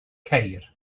ceir